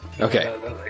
Okay